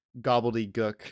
gobbledygook